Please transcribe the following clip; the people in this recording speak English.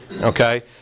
okay